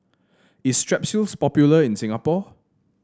is Strepsils popular in Singapore